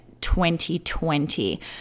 2020